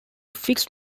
fixed